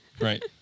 Right